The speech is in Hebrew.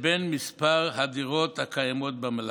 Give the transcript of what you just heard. לבין מספר הדירות הקיימות במלאי.